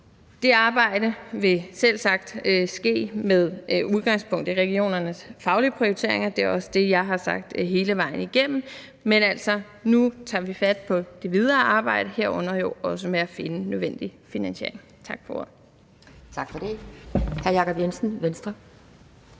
Det arbejde vil selvsagt ske med udgangspunkt i regionernes faglige prioriteringer – det er også det, jeg har sagt hele vejen igennem. Men altså, nu tager vi fat på det videre arbejde, herunder også arbejdet med at finde den nødvendige finansiering. Tak for ordet. Kl. 12:16 Anden